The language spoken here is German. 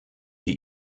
die